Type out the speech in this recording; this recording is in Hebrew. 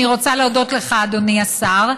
אני רוצה להודות לך, אדוני השר.